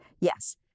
Yes